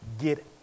get